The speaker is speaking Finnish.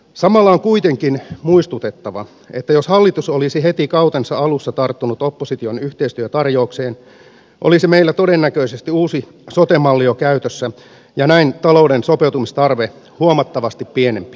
samalla on kuitenkin muistutettava että jos hallitus olisi heti kautensa alussa tarttunut opposition yhteistyötarjoukseen olisi meillä todennäköisesti uusi sote malli jo käytössä ja näin talouden sopeutustarve huomattavasti pienempi